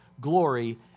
glory